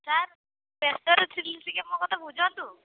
sir ବ୍ୟସ୍ତରେ ଥିଲି ଟିକିଏ ମୋ କଥା ବୁଝନ୍ତୁ